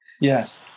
Yes